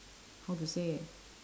how to say